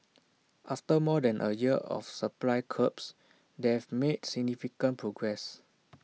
after more than A year of supply curbs they've made significant progress